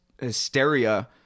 hysteria